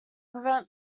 prevent